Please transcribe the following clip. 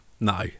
No